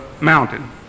mountain